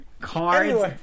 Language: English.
Cards